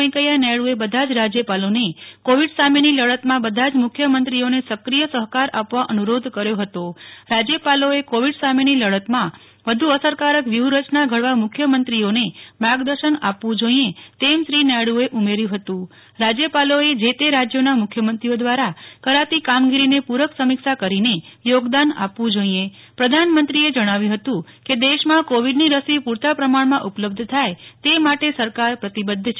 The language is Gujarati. વૈકેંચા નાયડુએ બધા જ રાજયપાલોને કોવિડ સામેની લડતમાં બધા જ મુખ્યમંત્રીઓને સક્રિય સહકાર આપવા અનુ રોધ કર્યો હતો રાજયપાલોએ કોવિડ સામેની લડતમાં વધુ અસરકારક વ્યુ હરચના ધડવા મુખ્યમંત્રીઓનેમાર્ગદર્શન આપવુ જોઈએ તેમ શ્રી નાયડુએ ઉમેર્યુ હતું રાજ્યપાલોએ જે તે રાજ્યોના મુખ્યમંત્રીઓ દ્રારા કરાતી પુરક કામગીર સમીક્ષા કરીને યોગદાન આપવુ જોઈએ પ્રધાનમંત્રીએ જણાવ્યુ હતું કે દેશમાં કોવિડની રસી પુ રતા પ્રમાણમાં ઉપલભ્ધ થાય તે માટે સરકાર પ્રતિબધ્ધ છે